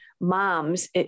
moms